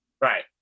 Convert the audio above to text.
Right